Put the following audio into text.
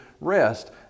rest